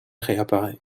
réapparaît